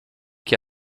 qui